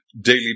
daily